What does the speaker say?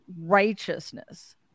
righteousness